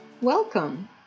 Welcome